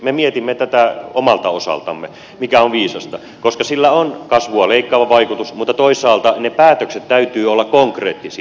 me mietimme tätä omalta osaltamme mikä on viisasta koska sillä on kasvua leikkaava vaikutus mutta toisaalta niiden päätösten täytyy olla konkreettisia